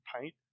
paint